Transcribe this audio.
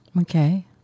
Okay